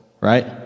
right